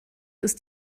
ist